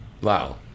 Wow